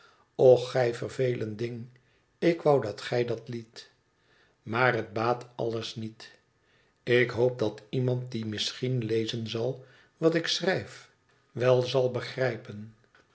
och gij vervelend ding ik wou dat gij dat liet maar het baat alles niet ik hoop dat iemand die misschien lezen zal wat ik schrijf wel zal begrijpen